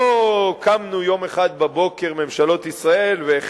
לא קמנו יום אחד בבוקר, ממשלות ישראל,